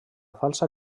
falsa